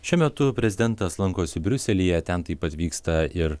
šiuo metu prezidentas lankosi briuselyje ten taip pat vyksta ir